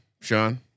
Sean